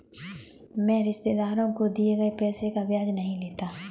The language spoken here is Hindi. मैं रिश्तेदारों को दिए गए पैसे का ब्याज नहीं लेता